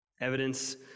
evidence